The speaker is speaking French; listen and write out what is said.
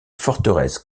forteresses